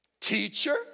teacher